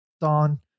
Don